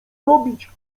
robić